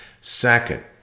Second